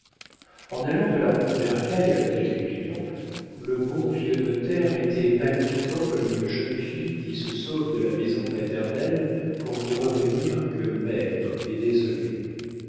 en allant de la rue du bercail à l'hôtel d'esgrignon le bon vieux notaire était palpitant comme une jeune fille qui se sauve de la maison paternelle pour n'y revenir que mère et désolée